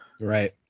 Right